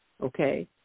Okay